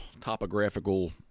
topographical